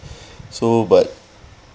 so but